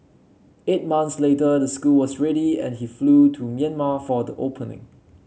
eight months later the school was ready and he flew to Myanmar for the opening